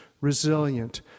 resilient